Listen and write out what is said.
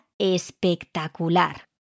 espectacular